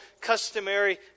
customary